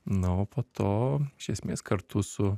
na o po to iš esmės kartu su